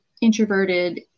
introverted